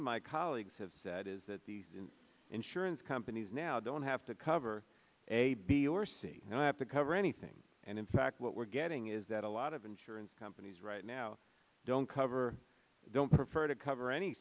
of my colleagues have said is that these insurance companies now don't have to cover a b or c and i have to cover anything and in fact what we're getting is that a lot of insurance companies right now don't cover don't prefer to cover any